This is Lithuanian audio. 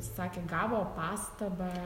sakė gavo pastabą